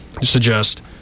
suggest